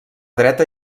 dreta